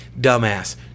dumbass